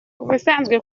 ubusanzwe